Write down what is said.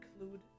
include